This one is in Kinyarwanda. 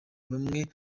bamwe